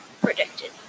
predicted